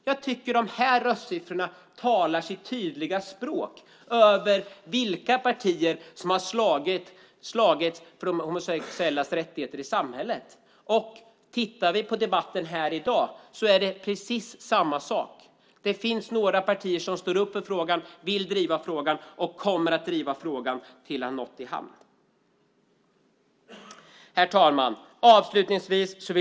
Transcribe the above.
Jag tycker att dessa röstsiffror talar sitt tydliga språk när det gäller vilka partier som har slagits för de homosexuellas rättigheter i samhället. Tittar vi på debatten här i dag är det precis samma sak. Det finns några partier som står upp för frågan, vill driva frågan och kommer att driva frågan tills den har nått i hamn. Herr talman!